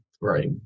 Right